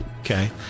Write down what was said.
Okay